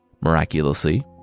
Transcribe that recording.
miraculously